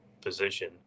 position